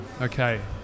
Okay